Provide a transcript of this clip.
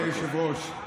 אדוני היושב-ראש,